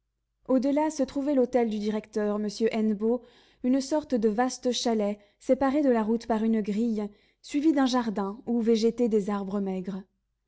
au-delà se trouvait l'hôtel du directeur m hennebeau une sorte de vaste chalet séparé de la route par une grille suivi d'un jardin où végétaient des arbres maigres